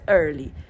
early